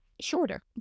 shorter